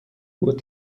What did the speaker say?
بود